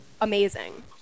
amazing